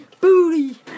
booty